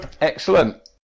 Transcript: Excellent